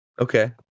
Okay